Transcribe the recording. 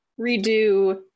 redo